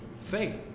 Faith